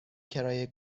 کرایه